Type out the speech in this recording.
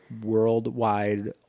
worldwide